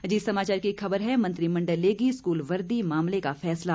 अजीत समाचार की एक खबर है मंत्रिमंडल लेगी स्कूल वर्दी मामले का फैसला